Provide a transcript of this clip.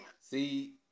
See